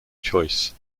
choice